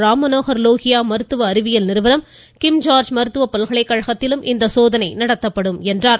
ராம்மனோகர் லோகியா மருத்துவ அறிவியல் நிறுவனம் கிங்ஜார்ஜ் மருத்துவ பல்கலைகழகத்திலும் இந்த சோதனை நடத்தப்படும் என்றார்